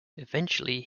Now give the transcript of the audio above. eventually